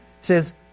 says